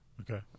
Okay